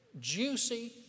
juicy